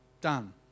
Done